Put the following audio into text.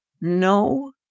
no